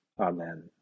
Amen